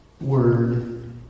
word